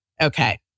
Okay